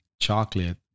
chocolate